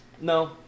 No